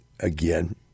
Again